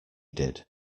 did